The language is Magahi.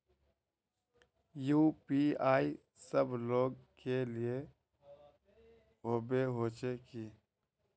यु.पी.आई सब लोग के लिए होबे होचे की?